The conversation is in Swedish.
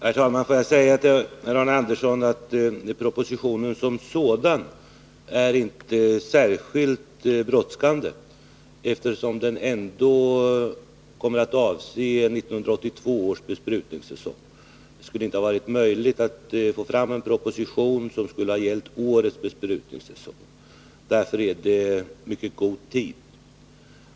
Herr talman! Får jag säga till Arne Andersson att det inte är särskilt bråttom med propositionen som sådan, eftersom den ändå kommer att avse 1982 års besprutningssäsong. Det skulle inte ha varit möjligt att få fram en proposition som hade gällt årets besprutningssäsong. Därför är det mycket gott om tid.